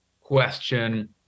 question